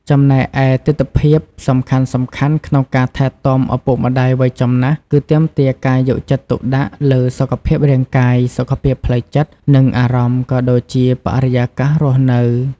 ចំណែកឯទិដ្ឋភាពសំខាន់ៗក្នុងការថែទាំឪពុកម្ដាយវ័យចំណាស់ គឺទាមទារការយកចិត្តទុកដាក់លើសុខភាពរាងកាយ សុខភាពផ្លូវចិត្ត និងអារម្មណ៍ ក៏ដូចជាបរិយាកាសរស់នៅ។